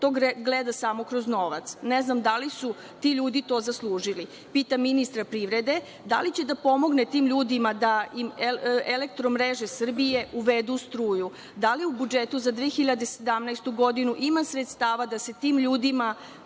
to gleda samo kroz novac. Ne znam da li su to ljudi zaslužili. Pitam ministra privrede – da li će da pomogne tim ljudima da im Elektromreža Srbije uvede struju? Da li u budžetu za 2017. godinu ima sredstava da se tim ljudima